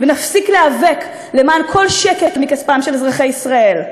ונפסיק להיאבק למען כל שקל מכספם של אזרחי ישראל.